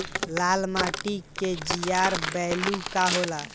लाल माटी के जीआर बैलू का होला?